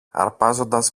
αρπάζοντας